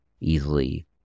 easily